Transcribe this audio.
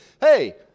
hey